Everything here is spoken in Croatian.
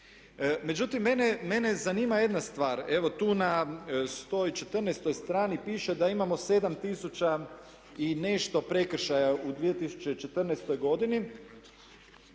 Međutim, mene zanima jedna stvar. Evo tu na 114 strani piše da imamo 7 tisuća i nešto prekršaja u 2014. godini.